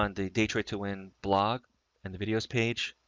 and the day to to win blog and the videos page.